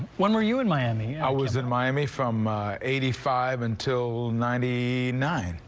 when were you in miami. i was in miami from a eighty five until ninety nine.